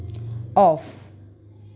off